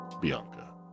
Bianca